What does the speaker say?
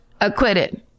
Acquitted